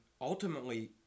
ultimately